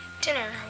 dinner